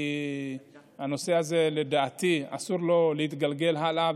כי הנושא הזה, לדעתי, אסור לו להתגלגל הלאה.